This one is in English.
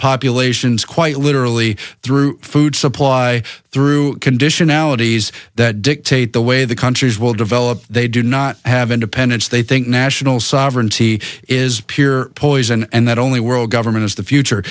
populations quite literally through food supply through conditionalities that dictate the way the countries will develop they do not have independence they think national sovereignty is pure poison and that only world government is the future